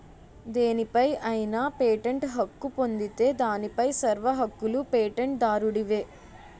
దేనిపై అయినా పేటెంట్ హక్కు పొందితే దానిపై సర్వ హక్కులూ పేటెంట్ దారుడివే